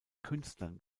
künstlern